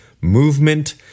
movement